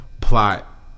plot